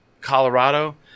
Colorado